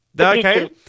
Okay